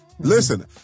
Listen